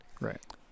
right